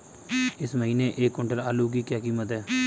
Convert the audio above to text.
इस महीने एक क्विंटल आलू की क्या कीमत है?